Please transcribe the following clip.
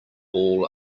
all